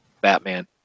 Batman